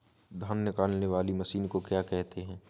धान निकालने वाली मशीन को क्या कहते हैं?